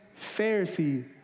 Pharisee